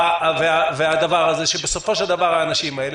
בסופו של דבר,